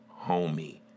homie